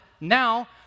now